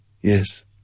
Yes